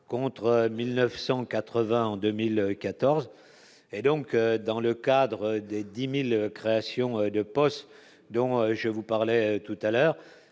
contre 1980 en 2014 et donc dans le cadre des 10000 créations de postes, dont je vous parlais tout à l'heure,